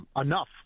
enough